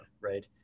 right